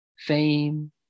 fame